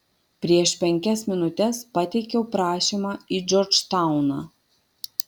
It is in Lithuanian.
prieš penkias minutes pateikiau prašymą į džordžtauną